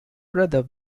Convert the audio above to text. brother